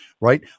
right